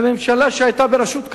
לממשלה שהיתה בראשות קדימה,